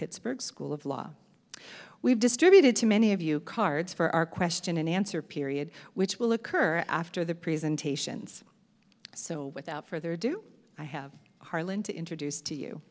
pittsburgh school of law we've distributed to many of you cards for our question and answer period which will occur after the presentations so without further ado i have harlan to introduce to you